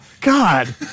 God